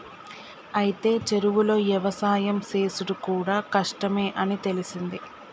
అయితే చెరువులో యవసాయం సేసుడు కూడా కష్టమే అని తెలిసింది